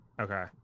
okay